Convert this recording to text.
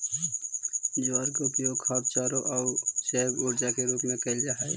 ज्वार के उपयोग खाद्य चारों आउ जैव ऊर्जा के रूप में कयल जा हई